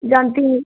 जानती हूँ